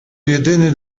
jedyny